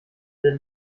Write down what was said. der